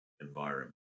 environment